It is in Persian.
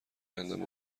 گندم